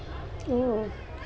mm